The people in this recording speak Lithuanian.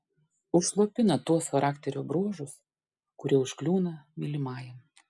užslopina tuos charakterio bruožus kurie užkliūna mylimajam